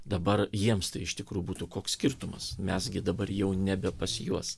dabar jiems tai iš tikrų būtų koks skirtumas mes gi dabar jau nebe pas juos